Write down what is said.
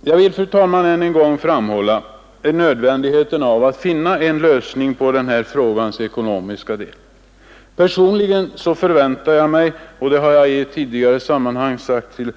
Jag vill, fru talman, än en gång framhålla nödvändigheten av att finna en lösning på frågans ekonomiska del. Personligen förväntar jag mig — som jag i ett tidigare sammanhang har sagt till